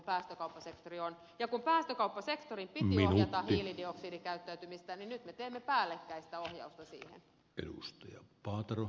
ja kun päästökauppasektorin piti ohjata hiilidioksidikäyttäytymistä niin nyt me teemme päällekkäistä ohjausta siihen